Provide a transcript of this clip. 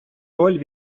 роль